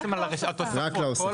אתם מוחרגים.